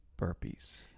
burpees